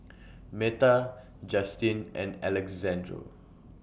Meta Justyn and Alexandro